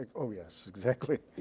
like oh, yes, exactly.